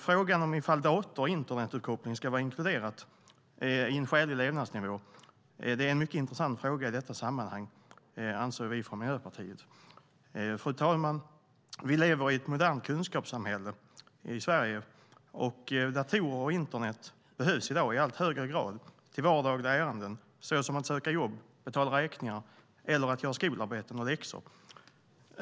Frågan om ifall dator och internetuppkoppling ska vara inkluderat i en skälig levnadsnivå är en mycket intressant fråga i detta sammanhang, anser vi från Miljöpartiet. Fru talman! Vi i Sverige lever i ett modernt kunskapssamhälle. Datorer och internet behövs i dag i allt högre grad till vardagliga ärenden såsom att söka jobb, betala räkningar eller att göra skolarbeten och läxor.